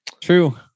True